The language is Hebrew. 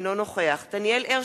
אינו נוכח דניאל הרשקוביץ,